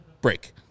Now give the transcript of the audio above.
Break